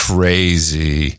Crazy